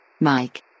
Mike